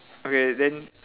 okay then